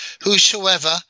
Whosoever